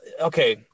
okay